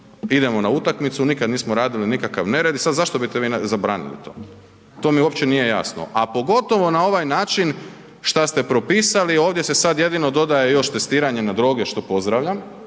idemo na utakmicu, nikad nismo radili nikakav nered i sad zašto bi nam vi zabranili to, to mi uopće nije jasno, a pogotovo na ovaj način šta ste propisali, ovdje se sad jedino dodaje još testiranje na droge, što pozdravljam,